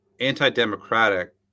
anti-democratic